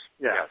yes